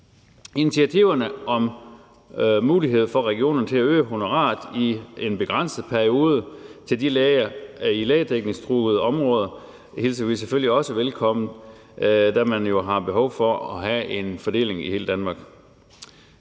Initiativerne om mulighed for, at regionerne i en begrænset periode kan øge honoraret til læger i lægedækningstruede områder, hilser vi selvfølgelig også velkommen, da man jo har behov for at have en fordeling i hele Danmark.